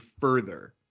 further